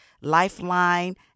lifeline